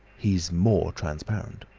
he's more transparent!